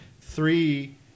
three